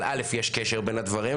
אבל א' יש קשר בין הדברים,